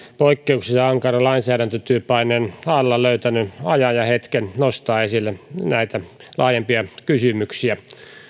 poikkeuksellisen ankaran lainsäädäntötyöpaineen alla löytänyt ajan ja hetken nostaa esille näitä laajempia kysymyksiä